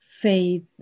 faith